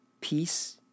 peace